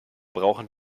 brauchen